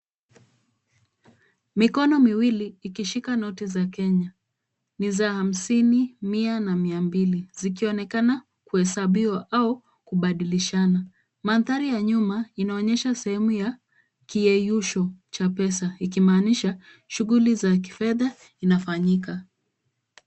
Mikono miwili ikishika noti za Kenya. Ni za hamsini, mia na mia mbili, zikionekana kuhesabiwa au kubadilishana. Mandhari ya nyuma inaonyesha sehemu ya kiyeyusho cha pesa ikimaanisha shughuli za kifedha inafanyika.